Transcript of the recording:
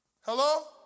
Hello